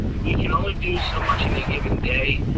we can only do so much in a given day,